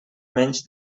menys